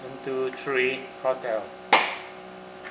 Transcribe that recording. one two three hotel